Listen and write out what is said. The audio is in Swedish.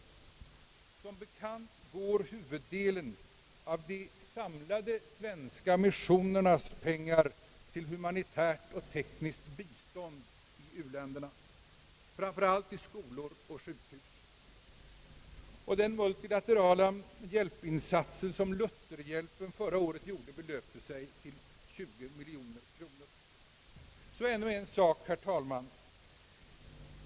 Som bekant går huvuddelen av den svenska missionens samlade pengar till humanitärt och tekniskt bistånd i u-länderna, framför allt till skolor och sjukhus. De multilaterala hjälpinsatser som Lutherhjälpen förra året gjorde belöpte sig till 20 miljoner kronor. Så vill jag tillägga ännu en sak, herr talman.